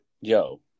yo